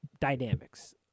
dynamics